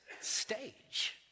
stage